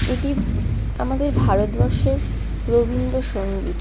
এটি আমাদের ভারতবর্ষের রবীন্দ্রসঙ্গীত